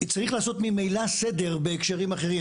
צריך לעשות ממילא סדר בהקשרים אחרים.